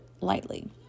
lightly